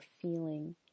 feeling